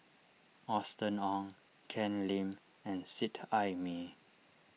Austen Ong Ken Lim and Seet Ai Mee